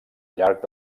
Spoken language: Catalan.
llarg